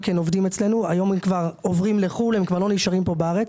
אצלנו אבל היום כבר עבר לחו"ל ולא נשאר בארץ,